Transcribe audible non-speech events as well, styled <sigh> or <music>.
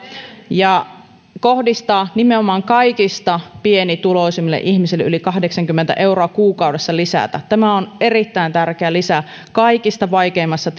ja kohdistaa nimenomaan kaikista pienituloisimmille ihmisille yli kahdeksankymmentä euroa kuukaudessa lisää tämä on erittäin tärkeä lisä kaikista vaikeimmassa <unintelligible>